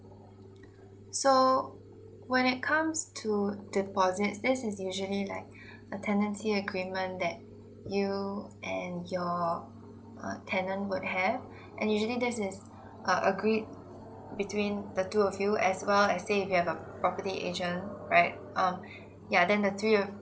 so when it comes to deposit this is usually like a tenancy agreement that you and your uh tenant would have and usually this is uh agreed between the two of you as well like say if you have a property agent alright um yeah then the three of